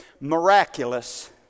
miraculous